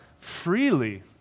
freely